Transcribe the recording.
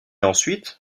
ensuite